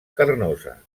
carnosa